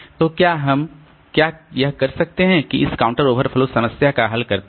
तो क्या हम क्या यह कर सकते हैं कि इस काउंटर ओवरफ्लो समस्या का हल करते हैं